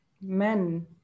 men